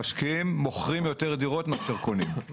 המשקיעים מוכרים יותר דירות מאשר קונים,